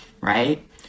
right